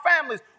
families